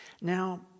Now